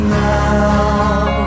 now